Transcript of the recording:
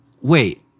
Wait